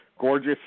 gorgeous